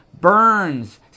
burns